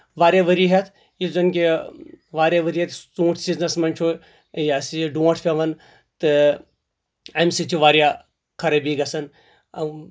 واریاہ ؤری ہیٚتھ یُس زَن یہِ واریاہ ؤری ہیٚتھ ژوٗنٹھۍ سیزنس منٛز چھُ یہِ سا یہِ ڈوٹھ پیٚوان تہٕ اَمہِ سۭتۍ چھِ واریاہ خرٲبی گژھان آو